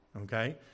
Okay